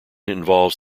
involves